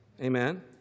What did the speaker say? Amen